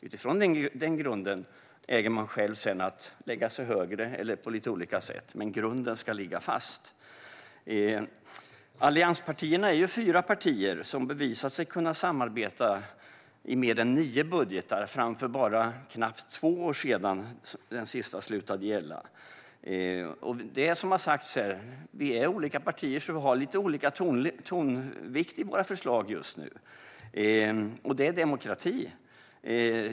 Utifrån den grunden äger de själva att sedan lägga sig högre eller på lite olika sätt, men grunden ska ligga fast. Allianspartierna är fyra partier som bevisat sig kunna samarbeta i mer än nio budgetar fram till för knappt två år sedan, när den sista slutade att gälla. Det är som har sagts här. Vi är olika partier, och vi har just nu lite olika tonvikt i våra förslag. Det är demokrati.